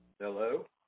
Hello